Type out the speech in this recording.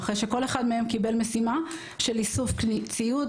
אחרי שכל אחד מהם קיבל משימה של איסוף ציוד,